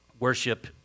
Worship